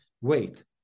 wait